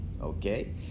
Okay